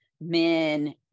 men